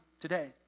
today